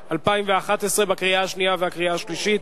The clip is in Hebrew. התשע"א 2011, קריאה השנייה וקריאה השלישית.